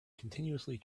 continuously